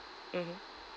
mmhmm